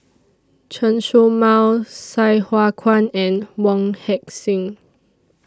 Chen Show Mao Sai Hua Kuan and Wong Heck Sing